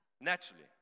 naturally